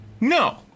No